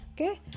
Okay